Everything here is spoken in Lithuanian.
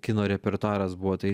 kino repertuaras buvo tai